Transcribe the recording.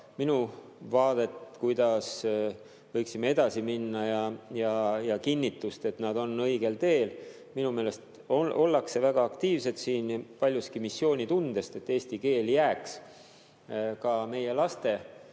minu vaadet, kuidas võiksime edasi minna, ja kinnitust, et nad on õigel teel. Minu meelest ollakse siin väga aktiivsed ja paljuski [tuleb see] missioonitundest, et eesti keel jääks ka meie laste